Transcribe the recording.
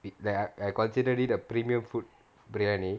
that I consider it the premium food biryani